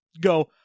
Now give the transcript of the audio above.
go